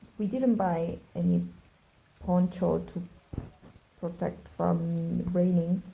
we didn't buy any poncho to protect from raining.